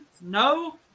No